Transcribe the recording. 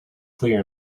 clear